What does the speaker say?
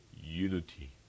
unity